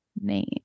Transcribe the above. name